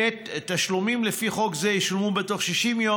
(ב) תשלומים לפי חוק זה ישולמו בתוך 60 יום